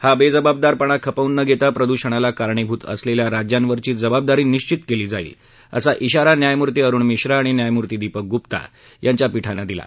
हा बेजबाबदारपणा खपवून न घेता प्रद्षणाला कारणीभूत असलेल्या राज्यांवरची जबाबदारी निश्चित केली जाईल असा इशारा न्यायमूर्ती अरुण मिश्रा आणि न्यायमूर्ती दीपक ग्प्ता यांच्या पीठानं दिला